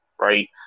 right